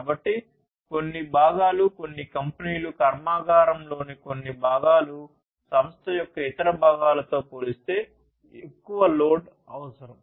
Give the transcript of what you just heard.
కాబట్టి కొన్ని భాగాలు కొన్ని కంపెనీలు కర్మాగారంలోని కొన్ని భాగాలు సంస్థ యొక్క ఇతర భాగాలతో పోలిస్తే ఎక్కువ లోడ్ అవసరం